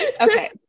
Okay